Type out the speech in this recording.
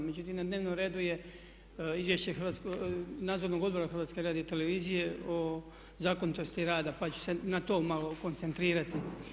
Međutim, na dnevnom redu je Izvješće Nadzornog odbora HRT-a o zakonitosti rada, pa ću se na to malo koncentrirati.